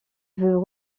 veut